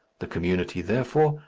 the community, therefore,